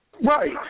Right